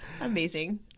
Amazing